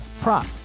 prop